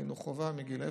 חינוך חובה מגיל אפס,